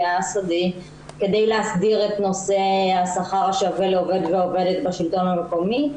--- כדי להסדיר את נושא השכר השווה לעובד ועובדת בשלטון המקומי.